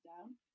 down